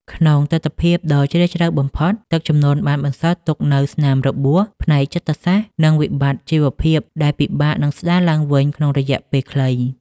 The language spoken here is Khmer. ក្នុងទិដ្ឋភាពដ៏ជ្រាលជ្រៅបំផុត ទឹកជំនន់បានបន្សល់ទុកនូវស្នាមរបួសផ្នែកចិត្តសាស្ត្រ និងវិបត្តិជីវភាពដែលពិបាកនឹងស្ដារឡើងវិញក្នុងរយៈពេលខ្លី។